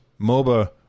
moba